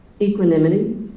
equanimity